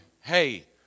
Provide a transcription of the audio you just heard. hey